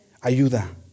ayuda